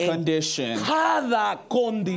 Condition